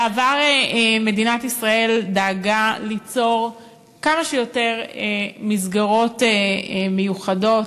בעבר מדינת ישראל דאגה ליצור כמה שיותר מסגרות מיוחדות,